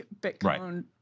Bitcoin